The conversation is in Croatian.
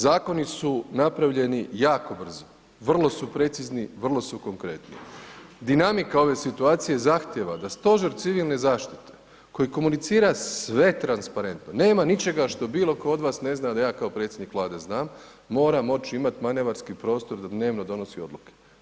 Zakoni su napravljeni jako brzo, vrlo su precizni, vrlo su konkretni, dinamika ove situacije zahtijeva da Stožer civilne zaštite koji komunicira sve transparentno, nema ničega što bilo ko od vas ne zna, a da ja kao predsjednik Vlade znam, mora moć imati manevarski prostor da dnevno donosi odluke.